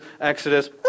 Exodus